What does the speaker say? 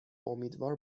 امیدوار